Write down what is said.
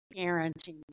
parenting